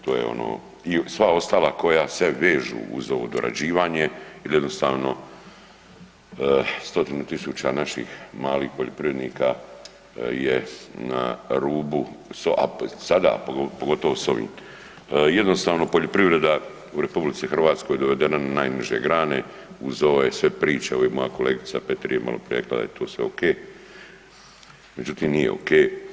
To je ono, sva ostala koja se vežu ovo dorađivanje, jer jednostavno stotine tisuća naših malih poljoprivrednika je na rubu, sada, a pogotovo s ovim, jednostavno poljoprivreda u RH dovedena na najniže grane uz ove sve priče, evo i moja kolegica Petir je maloprije rekla da je sve to ok, međutim nije ok.